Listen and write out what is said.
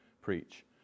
preach